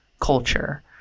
culture